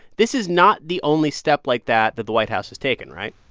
this is not the only step like that that the white house has taken, right?